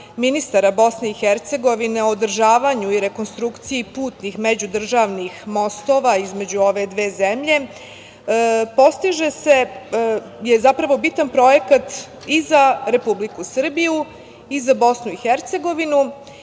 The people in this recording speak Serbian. ministara Bosne i Hercegovine o održavanju i rekonstrukciji putnih međudržavnih mostova između ove dve zemlje postiže se, zapravo, bitan projekat i za Republiku Srbiju i za Bosnu i Hercegovinu